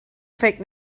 فکر